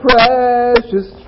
Precious